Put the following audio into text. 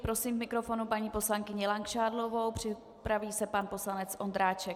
Prosím k mikrofonu paní poslankyni Langšádlovou, připraví se pan poslanec Ondráček.